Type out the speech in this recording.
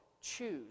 choose